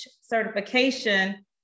certification